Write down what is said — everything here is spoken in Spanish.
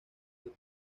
del